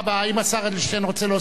האם השר אדלשטיין רוצה להוסיף?